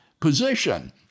position